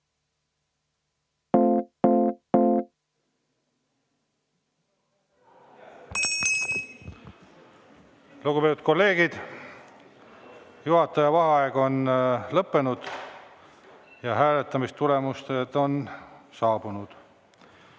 Lugupeetud kolleegid, juhataja vaheaeg on lõppenud. Hääletamistulemused on saabunud.